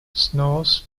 взнос